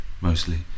mostly